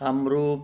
Kamrup